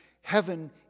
Heaven